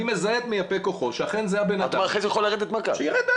אני מזהה את מייפה כוחו בשיחת ועידה ואחרי זה הוא יכול לרדת מהקו.